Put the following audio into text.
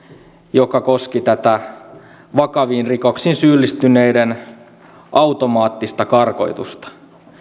joka koski tätä vakaviin rikoksiin syyllistyneiden automaattista karkotusta